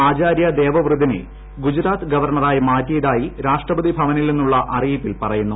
ആചാര്യ ദേവവൃതിനെ ഗുജറാത്ത് ഗവർണറായി മാറ്റിയതായി രാഷ്ട്രപതി ഭവനിൽ നിന്നുള്ള അറിയിപ്പിൽ പറയുന്നു